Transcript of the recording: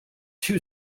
two